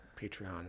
Patreon